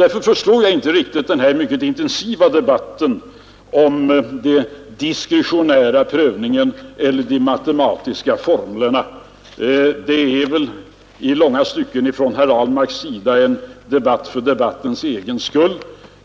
Därför förstår jag inte riktigt den mycket intensiva debatten om den diskretionära prövningen eller de matematiska formlerna. Per Ahlmark för väl ändå i långa stycken en debatt för debattens egen skull.